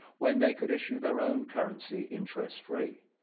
when they could issue their own currency interest-free?